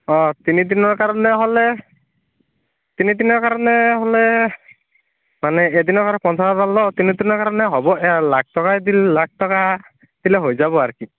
অ' তিনিদিনৰ কাৰণে হ'লে তিনিদিনৰ কাৰণে হ'লে মানে এদিনৰ পঞ্চাছ হাজাৰ লওঁ তিনিদিনৰ কাৰণে হ'ব এক লাখ টকা দি লাখ টকা দিলে হৈ যাব আৰু কি